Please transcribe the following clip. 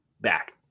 back